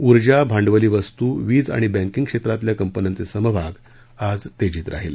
ऊर्जा भांडवली वस्तू वीज आणि बँकींग क्षेत्रातल्या कंपन्यांचे समभाग आज तेजीत राहिले